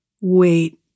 Wait